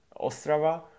ostrava